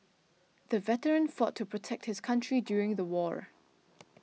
the veteran fought to protect his country during the war